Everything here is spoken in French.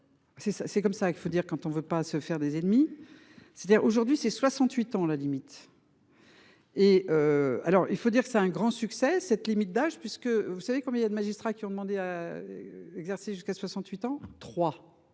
c'est comme ça qu'il faut dire quand on ne veut pas se faire des ennemis. C'est-à-dire aujourd'hui c'est 68 ans, à la limite. Et. Alors il faut dire que c'est un grand succès cette limite d'âge puisque vous savez combien il y a des magistrats qui ont demandé à. Exercer jusqu'à 68 ans trois